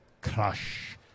Crush